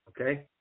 okay